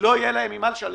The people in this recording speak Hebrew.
אין להם ממה לשלם?